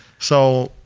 so,